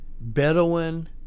Bedouin